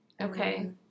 Okay